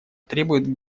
требует